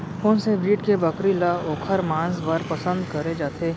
कोन से ब्रीड के बकरी ला ओखर माँस बर पसंद करे जाथे?